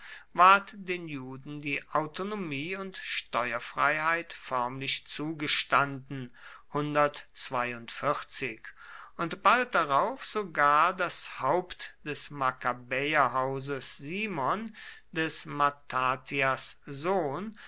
ward den juden die autonomie und steuerfreiheit förmlich zugestanden und bald darauf sogar das haupt des makkabäerhauses simon des mattathias sohn